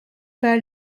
pas